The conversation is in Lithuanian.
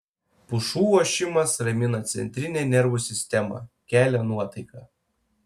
pušų ošimas ramina centrinę nervų sistemą kelia nuotaiką